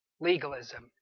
Legalism